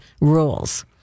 rules